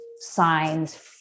signs